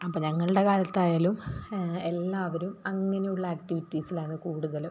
അപ്പോൾ ഞങ്ങളുടെ കാലത്തായാലും എല്ലാവരും അങ്ങനെ ഉള്ള ആക്ടിവിറ്റീസിലാണ് കൂടുതലും